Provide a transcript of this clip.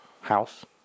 House